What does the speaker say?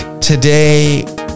today